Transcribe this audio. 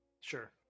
Sure